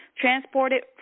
transported